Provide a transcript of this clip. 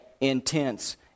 intense